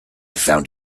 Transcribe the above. found